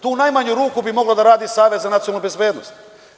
To u najmanju ruku bi mogao da radi Savet za nacionalnu bezbednost.